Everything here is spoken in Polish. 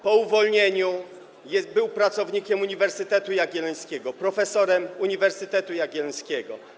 Po uwolnieniu był pracownikiem Uniwersytetu Jagiellońskiego, profesorem Uniwersytetu Jagiellońskiego.